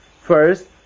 First